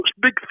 big